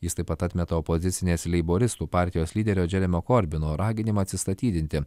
jis taip pat atmeta opozicinės leiboristų partijos lyderio džeremio korbino raginimą atsistatydinti